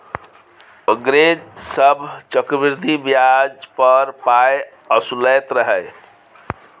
अंग्रेज सभ चक्रवृद्धि ब्याज पर पाय असुलैत रहय